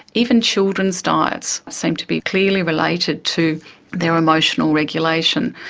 even children's diets seem to be clearly related to their emotional regulation.